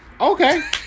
Okay